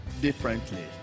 differently